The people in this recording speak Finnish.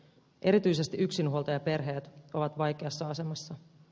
erityisesti yksinhuoltajaperheet ovat vaikeassa asemassa